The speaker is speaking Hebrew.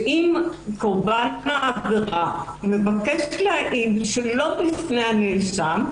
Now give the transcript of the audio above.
שאם קורבן העבירה מבקש להעיד שלא בפני הנאשם,